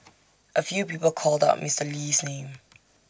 A few people called out Mister Lee's name